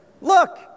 Look